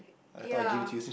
ya